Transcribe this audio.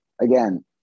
again